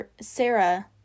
Sarah